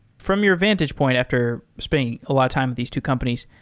from your vantage point after spending a lot of time with these two companies.